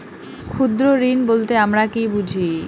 ক্ষুদ্র ঋণ বলতে আমরা কি বুঝি?